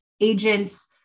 agents